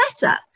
better